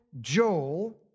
Joel